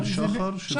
זה